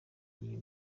iyo